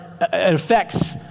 affects